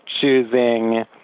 choosing